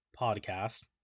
podcast